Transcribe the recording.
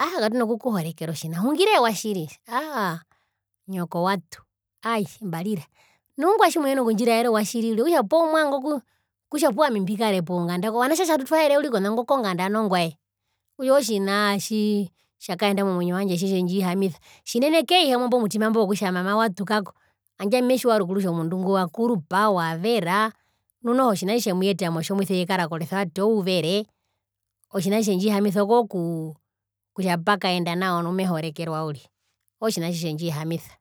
aahaa katuna kukuhorekera otjina hungiree owatjiri aahaa nyoko watu aata mbarira nu ongwae tjimuhina kundjiraera owatjiri uriri okutja poo mwavanga okutja opuwo ami mbikare ponganda ovanatje atja tutwaerera uriri konango konganda nu ongwae okutja ootjina tjitjakaenda momwinyo wandje tjitjendjihamisa tjinene keihamwa imbo mutima wokutja mama watu kako handje ami metjiwa rukuru kutja omundu ngo wakurupa wavera nu noho otjina tjitjemuyeta motjomuise eekara koresevate ouvere otjina tjitjendjihamisa okokuu kutja pakaendanao nu mehorekerwa uriri otjina tjitjendjihamisa.